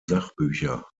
sachbücher